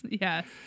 yes